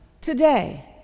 today